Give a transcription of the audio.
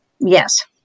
Yes